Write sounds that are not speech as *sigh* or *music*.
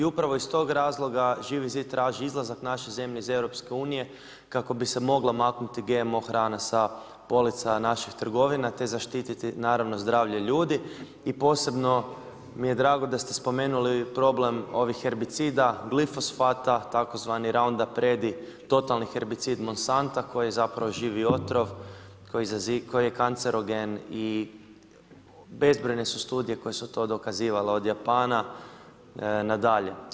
I upravo iz tog razloga Živi zid traži izlazak naše zemlje iz EU kako bi se mogla maknuti GMO hrana sa polica naših trgovina, te zaštiti naravno zdravlje ljudi i posebno mi je drago da ste spomenuli problem ovih herbicida, glifosfata tzv. ... *unintelligible* totalni herbicid Monsanta koji je zapravo živi otrov koji je kancerogen i bezbrojne su studije koje su to dokazivale, od Japana nadalje.